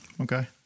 Okay